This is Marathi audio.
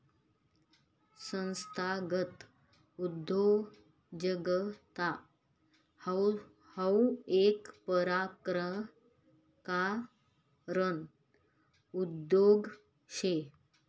संस्थागत उद्योजकता हाऊ येक परकारना उद्योग शे